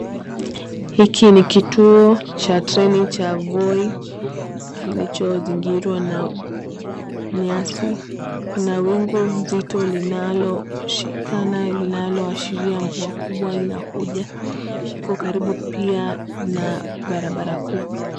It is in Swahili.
Hiki ni kituo cha treni cha Voi kilichozingirwa na nyasi. Kuna wingu nzito linaloshikana linaloashiria mvua kubwa inakuja, iko karibu pia na barabara kuu.